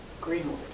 Greenwood